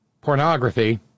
pornography